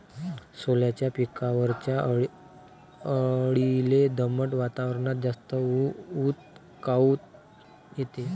सोल्याच्या पिकावरच्या अळीले दमट वातावरनात जास्त ऊत काऊन येते?